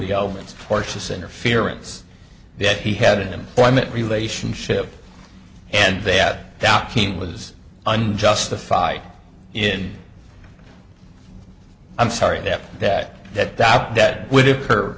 the elements forces interference that he had an employment relationship and that the team was unjustified in i'm sorry that that that that that would occur